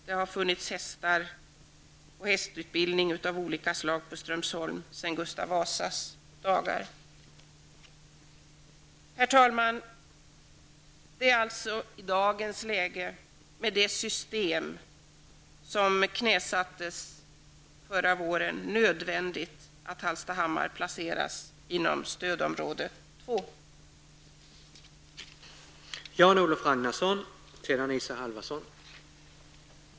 Det har funnits hästar och hästutbildning av olika slag på Strömsholm alltsedan Gustav Vasas dagar. Herr talman! I dagens läge -- med det system som så att säga knäsattes förra våren -- är det nödvändigt att Hallstahammar inplaceras i stödområde 2.